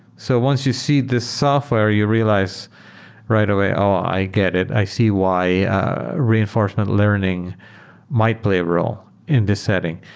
so once you see this software you realize right away, oh! i get it. i see why reinforcement learning might play a role in this setting.